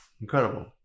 incredible